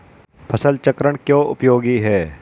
फसल चक्रण क्यों उपयोगी है?